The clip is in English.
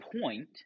point